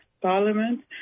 Parliament